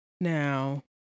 Now